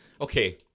Okay